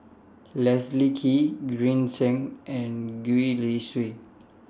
Leslie Kee Green Zeng and Gwee Li Sui